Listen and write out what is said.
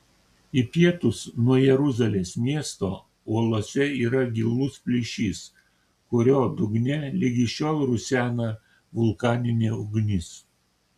į pietus nuo jeruzalės miesto uolose yra gilus plyšys kurio dugne ligi šiol rusena vulkaninė ugnis